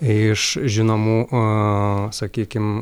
iš žinomų o sakykim